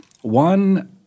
one